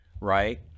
right